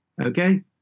okay